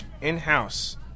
in-house